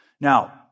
Now